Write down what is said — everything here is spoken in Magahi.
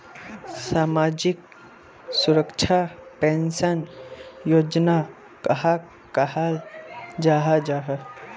सामाजिक सुरक्षा पेंशन योजना कहाक कहाल जाहा जाहा?